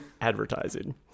advertising